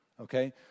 Okay